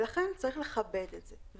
ולכן צריך לכבד את זה.